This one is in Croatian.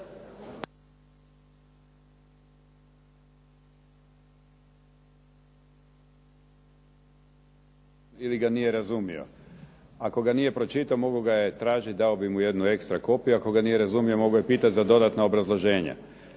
ili ga nije razumio. Ako ga nije pročitao mogao je tražiti, dao bih mu jednu ekstra kopiju, ako ga nije razumio mogao je pitati za dodatna obrazloženja.